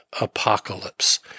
apocalypse